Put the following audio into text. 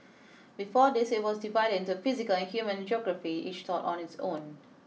before this it was divided into physical and human geography each taught on its own